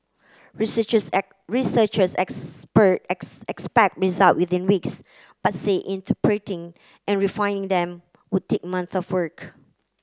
researchers researchers expect results within weeks but say interpreting and refining them would take months of work